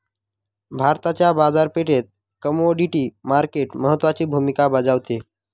भारताच्या बाजारपेठेत commodity market महत्त्वाची भूमिका बजावते